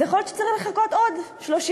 אז יכול להיות שצריך לחכות עוד 30,